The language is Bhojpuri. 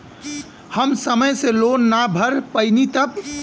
हम समय से लोन ना भर पईनी तब?